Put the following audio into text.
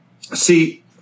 See